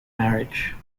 marriage